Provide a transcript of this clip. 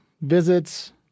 visits